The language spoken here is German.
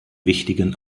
wichtigen